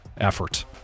effort